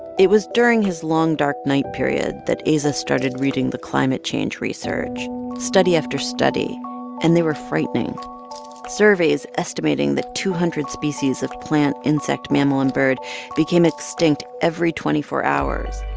it was during his long dark night period that aza started reading the climate change research study after study and they were frightening surveys estimating that two hundred species of plant, insect, mammal and bird became extinct every twenty four hours.